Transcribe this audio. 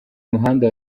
muhanda